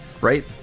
Right